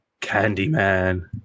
Candyman